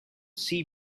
sea